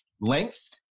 length